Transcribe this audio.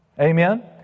Amen